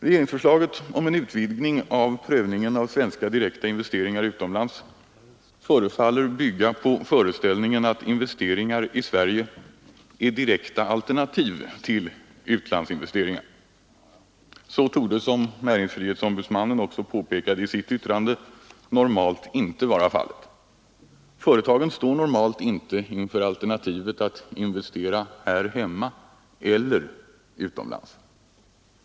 Regeringsförslaget om en utvidgning av prövningen av svenska direkta investeringar utomlands förefaller bygga på föreställningen att investeringar i Sverige är direkta alternativ till utlandsinvesteringar. Så torde, som näringsfrihetsombudsmannen också påpekade i sitt yttrande, normalt inte vara fallet. Företagen står normalt inte inför alternativet att investera här hemma eller utomlands.